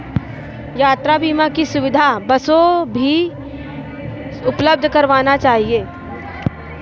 यात्रा बीमा की सुविधा बसों भी उपलब्ध करवाना चहिये